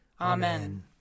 Amen